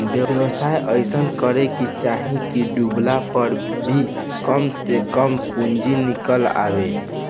व्यवसाय अइसन करे के चाही की डूबला पअ भी कम से कम पूंजी निकल आवे